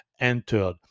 entered